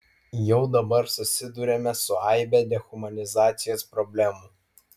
jau dabar susiduriame su aibe dehumanizacijos problemų